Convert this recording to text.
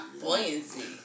buoyancy